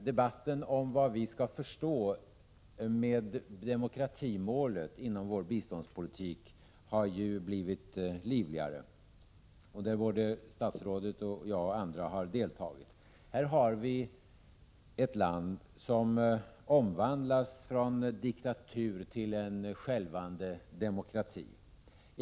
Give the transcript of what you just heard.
Debatten om vad vi skall förstå med demokratimålet inom vår biståndspolitik har ju blivit livligare — i den har såväl statsrådet som jag och andra deltagit. Här har vi ett land som omvandlas från diktatur till en skälvande demokrati.